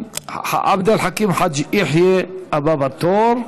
עבד אל חכים חאג' יחיא הבא בתור.